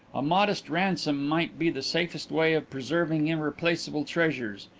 a modest ransom might be the safest way of preserving irreplaceable treasures,